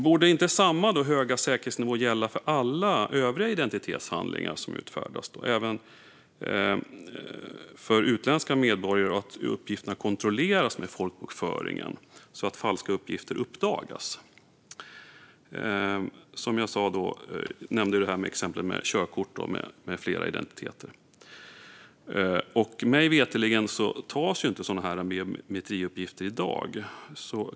Borde inte samma höga säkerhetsnivå gälla för alla övriga identitetshandlingar, även för utländska medborgare, och att uppgifterna kontrolleras med folkbokföringen så att falska uppgifter uppdagas? Det finns som sagt exempel på utfärdande av körkort till samma person på grund av flera identiteter. Mig veterligen tas inte sådana biometriuppgifter i dag.